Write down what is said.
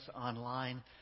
online